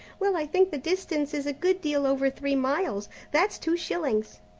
well, i think the distance is a good deal over three miles that's two shillings.